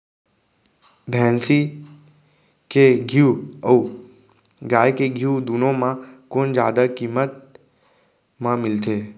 भैंसी के घीव अऊ गाय के घीव दूनो म कोन जादा किम्मत म मिलथे?